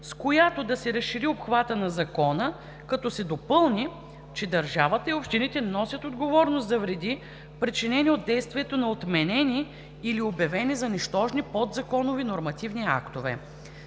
с която да се разшири обхватът на Закона, като се допълни, че държавата и общините носят отговорност за вреди, причинени от действието на отменени или обявени за нищожни подзаконови нормативни актове.